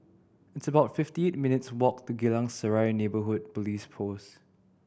it's about fifty eight minutes' walk to Geylang Serai Neighbourhood Police Post